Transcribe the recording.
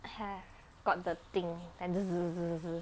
have got the thing then